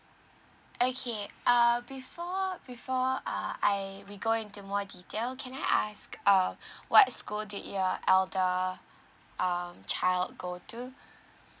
okay uh before before uh I we go into more detail can I ask uh what school did your elder um child go to